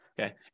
okay